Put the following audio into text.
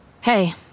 Hey